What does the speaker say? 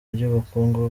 ry’ubukungu